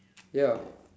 ya